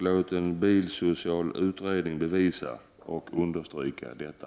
Låt en bilsocial utredning bevisa och understryka detta.